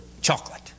Chocolate